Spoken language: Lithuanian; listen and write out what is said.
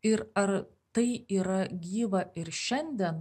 ir ar tai yra gyva ir šiandien